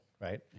right